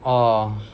orh